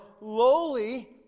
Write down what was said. lowly